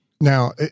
Now